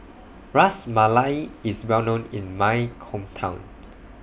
Ras Malai IS Well known in My Hometown